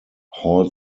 hall